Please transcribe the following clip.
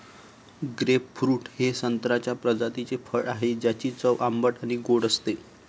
grapefruit हे संत्र्याच्या प्रजातीचे फळ आहे, ज्याची चव आंबट आणि गोड असते